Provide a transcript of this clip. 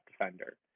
defender